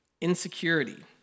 insecurity